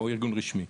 או ארגון רשמי.